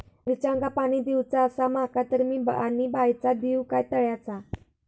मिरचांका पाणी दिवचा आसा माका तर मी पाणी बायचा दिव काय तळ्याचा?